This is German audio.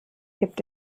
gibt